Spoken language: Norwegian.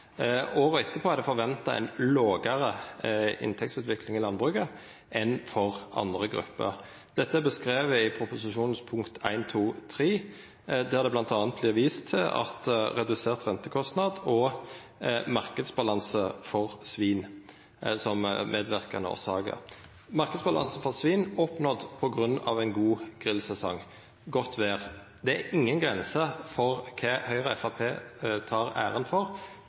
året. Året etterpå er det forventa ei lågare inntektsutvikling i landbruket enn for andre grupper. Dette er beskrive i proposisjonen, der det bl.a. vert vist til redusert rentekostnad og marknadsbalansen for svin som medverkande årsaker. Marknadsbalansen for svin er oppnådd på grunn av ein god grillsesong – godt vêr. Det er ingen grenser for kva Høgre og Framstegspartiet tek æra for.